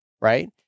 Right